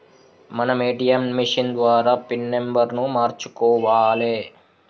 మనం ATM machine ద్వారా pin నెంబర్ను మార్చుకోవాలే